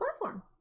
platform